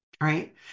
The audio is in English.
right